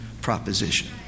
proposition